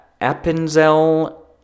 Appenzell